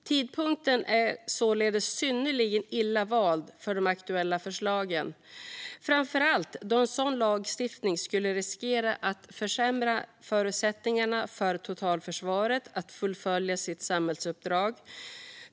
Tidpunkten är således synnerligen illa vald för de aktuella förslagen, framför allt då en sådan lagstiftning skulle riskera att försämra förutsättningarna för totalförsvaret att fullfölja sitt samhällsuppdrag.